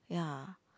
ya